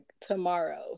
tomorrow